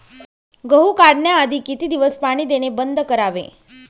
गहू काढण्याआधी किती दिवस पाणी देणे बंद करावे?